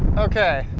okay,